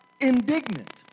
indignant